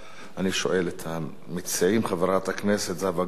אני שואל את המציעים, חברת הכנסת זהבה גלאון?